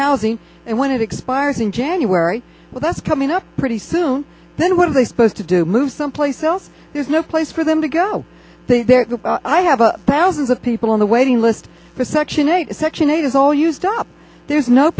housing and when it expires in january well that's coming up pretty soon then with a supposed to do move someplace else there's no place for them to go i have a thousands of people on the waiting list for section eight section eight is all used up there's no